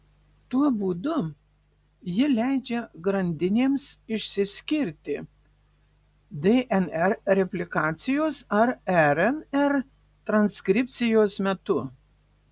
tuo būdu ji leidžia grandinėms išsiskirti dnr replikacijos ar rnr transkripcijos metu